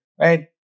right